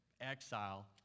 exile